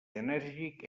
enèrgic